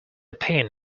pin